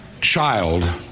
child